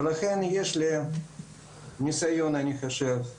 ולכן יש לי ניסיון רב